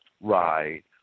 Right